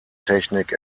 technik